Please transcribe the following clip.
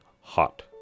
hot